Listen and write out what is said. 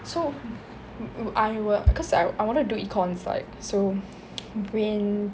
so I w~ cause I I wanted to econ~ like so